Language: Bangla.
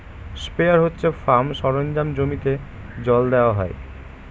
স্প্রেয়ার হচ্ছে ফার্ম সরঞ্জাম জমিতে জল দেওয়া হয়